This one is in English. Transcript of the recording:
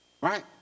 Right